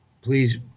Please